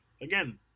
Again